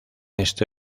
este